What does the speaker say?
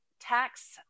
tax